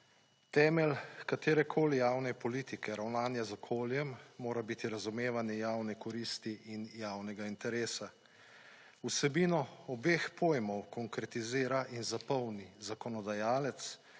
Temelje katerekoli javne politike ravnanja z okoljem mora biti razumevanje javne koristi in javnega interesa. Vsebino obeh pojmov konkretizira in zapolni zakonodajalec